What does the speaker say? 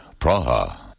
Praha